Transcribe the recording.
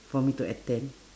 for me to attend